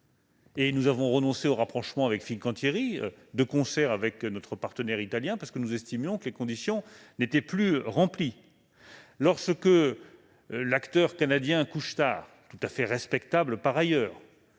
Nous avons renoncé au rapprochement avec Fincantieri, de concert avec notre partenaire italien, parce que nous estimions que les conditions n'étaient plus remplies. Lorsque l'acteur canadien Couche-Tard- tout à fait respectable par ailleurs